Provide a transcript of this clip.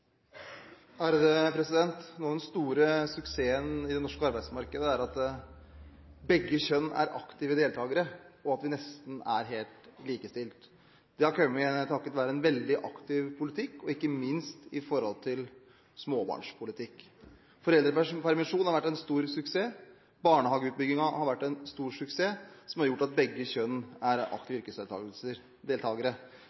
at begge kjønn er aktive deltakere, og at vi nesten er helt likestilte. Det har kommet takket være en veldig aktiv politikk, ikke minst småbarnspolitikk. Foreldrepermisjonen har vært en stor suksess. Barnehageutbyggingen har vært en stor suksess, som har gjort at begge kjønn er